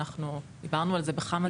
אנחנו דיברנו על זה בכמה דיונים.